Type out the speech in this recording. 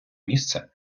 місце